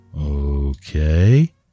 Okay